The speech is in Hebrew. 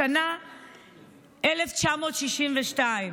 השנה 1962,